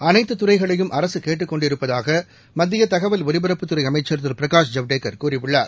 அனைத்துத் துறைகளையும் அரசு கேட்டுக் கொண்டிருப்பதாக மத்திய தகவல் ஒலிபரப்புத்துறை அமைச்சர் திரு பிரகாஷ் ஜவடேகர் கூறியுள்ளார்